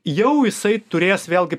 jau jisai turės vėlgi